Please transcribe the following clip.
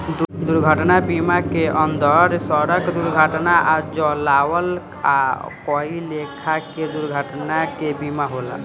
दुर्घटना बीमा के अंदर सड़क दुर्घटना आ जलावल आ कई लेखा के दुर्घटना के बीमा होला